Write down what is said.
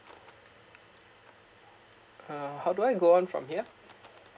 uh how do I go on from here